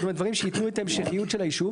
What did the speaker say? זאת אומרת, דברים שייתנו את ההמשכיות של הישוב.